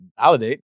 validate